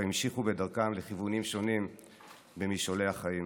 המשיכו בדרכם לכיוונים במשעולי החיים.